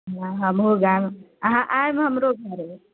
ह्म्म हमहूँ गायब अहाँ आयब हमरो घरे